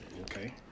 Okay